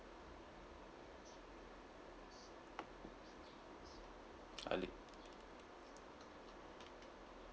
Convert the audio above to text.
early